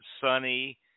sunny